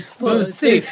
pussy